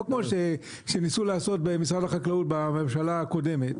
לא כמו שניסו לעשות במשרד החקלאות בממשלה הקודמת,